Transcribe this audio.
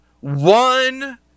One